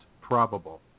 probable